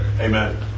Amen